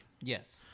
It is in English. Yes